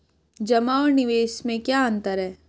जमा और निवेश में क्या अंतर है?